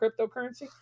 cryptocurrency